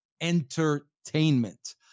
entertainment